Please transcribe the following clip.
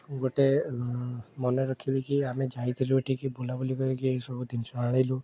ଗୋଟେ ମନେ ରଖିବେ କି ଆମେ ଯାଇଥିଲୁ ଏଠିକି ବୁଲାବୁଲି କରିକି ଏଇ ସବୁ ଜିନିଷ ଆଣିଲୁ